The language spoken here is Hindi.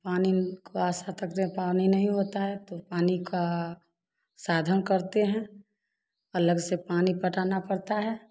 पानी को आशा तक जब पानी नहीं होता है तो पानी का साधन करते हैं अलग से पानी पटाना पड़ता है